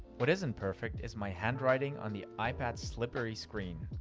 what isn't perfect is my handwriting on the ipad's slippery screen.